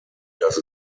dass